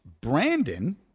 Brandon